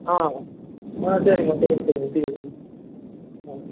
ஆ ஆ சரிங்கம்மா சொல்லுங்கள் சொல்லுங்கள் சீக்கிரம் சொல்லுங்கள் ஆ